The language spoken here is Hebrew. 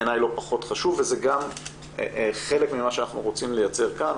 בעיניי לא פחות חשוב וזה גם חלק ממה שאנחנו רוצים לייצר כאן.